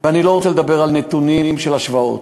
ואני לא רוצה לדבר על נתונים של השוואות,